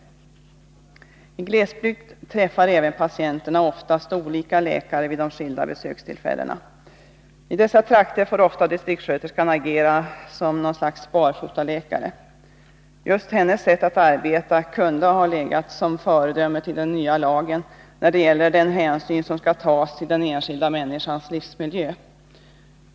I glesbygd träffar även patienterna oftast olika läkare vid de skilda besökstillfällena. I dessa trakter får ofta distriktssköterskan agera som något slags barfotaläkare. Just hennes sätt att arbeta kunde ha varit ett föredöme för den nya lagen när det gäller den hänsyn som skall tas till den enskilda människans livsmiljö.